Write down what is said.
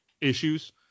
issues